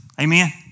Amen